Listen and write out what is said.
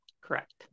Correct